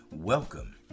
Welcome